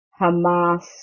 Hamas